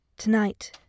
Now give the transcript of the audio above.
Tonight